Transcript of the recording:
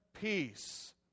peace